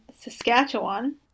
Saskatchewan